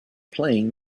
playing